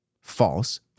false